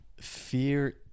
fear